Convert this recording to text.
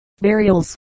burials